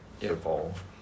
evolve